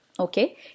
Okay